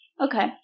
Okay